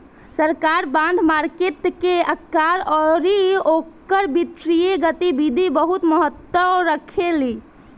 सरकार bond market के आकार अउरी ओकर वित्तीय गतिविधि बहुत महत्व रखेली